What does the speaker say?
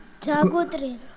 Jagutri